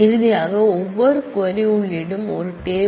இறுதியாக ஒவ்வொரு க்வரி உள்ளீடும் ஒரு டேபிள்